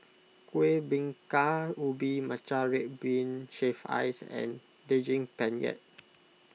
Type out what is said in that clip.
Kuih Bingka Ubi Matcha Red Bean Shaved Ice and Daging Penyet